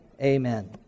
Amen